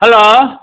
hello